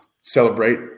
celebrate